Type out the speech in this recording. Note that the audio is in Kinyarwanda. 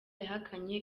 yahakanye